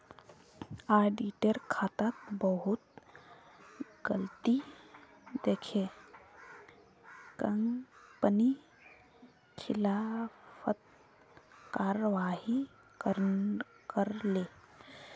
auditor खातात बहुत गलती दखे कंपनी खिलाफत कारवाही करले